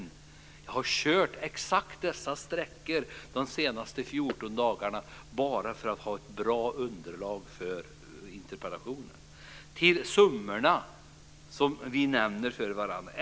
Jag har kört exakt dessa sträckor de senaste 14 dagarna bara för att ha ett bra underlag för interpellationen och till summorna som vi nämner för varandra.